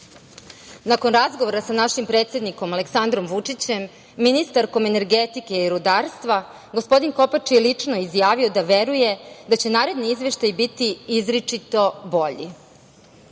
razgovora sa našim predsednikom Aleksandrom Vučićem, ministarkom energetike i rudarstva, gospodin Kopač je lično izjavio da veruje da će naredni izveštaj biti izričito bolji. Suočen